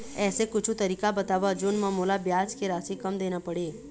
ऐसे कुछू तरीका बताव जोन म मोला ब्याज के राशि कम देना पड़े?